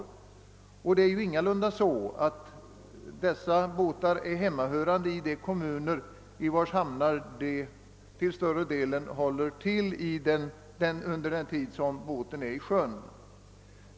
Dessa båtar hör inga lunda hemma i de kommuner i vilkas hamnar de till stor del håller till under den tid båtarna är i sjön.